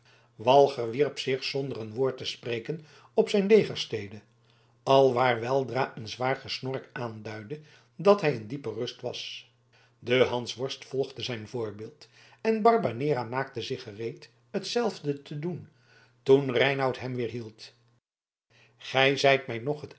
walger wierp zich zonder een woord te spreken op zijn legerstede alwaar weldra een zwaar gesnork aanduidde dat hij in diepe rust was de hansworst volgde zijn voorbeeld en barbanera maakte zich gereed hetzelfde te doen toen reinout hem weerhield gij zijt mij nog